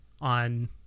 on